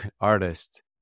artist